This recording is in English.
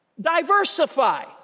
Diversify